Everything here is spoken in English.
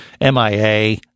MIA